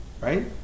Right